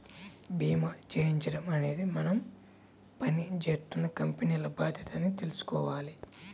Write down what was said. భీమా చేయించడం అనేది మనం పని జేత్తున్న కంపెనీల బాధ్యత అని తెలుసుకోవాల